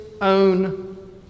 own